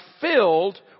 filled